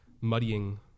muddying